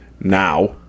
Now